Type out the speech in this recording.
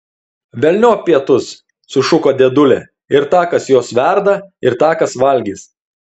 velniop pietus sušuko dėdulė ir tą kas juos verda ir tą kas valgys